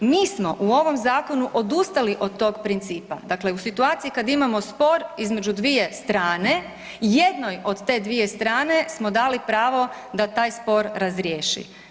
Mi smo u ovom zakonu odustali od tog principa, dakle u situaciji kad imamo spor između dvije strane, jednoj od te dvije strane smo dali pravo da taj spor razriješi.